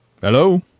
Hello